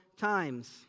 times